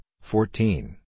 fourteen